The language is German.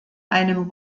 einem